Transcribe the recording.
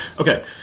Okay